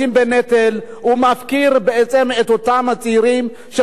הוא מפקיר בעצם את אותם הצעירים שמשרתים בצבא,